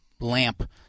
lamp